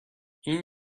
این